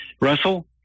Russell